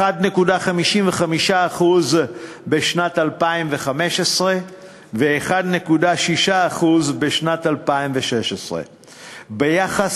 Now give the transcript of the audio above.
1.55% בשנת 2015 ו-1.6% בשנת 2016. ביחס